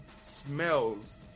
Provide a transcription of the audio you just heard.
smells